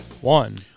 one